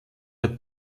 der